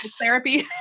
therapy